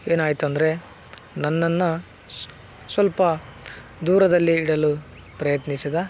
ಏನಾಯಿತಂದ್ರೆ ನನ್ನನ್ನು ಸ್ವಲ್ಪ ದೂರದಲ್ಲಿ ಇಡಲು ಪ್ರಯತ್ನಿಸಿದ